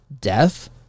death